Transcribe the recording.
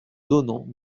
donnant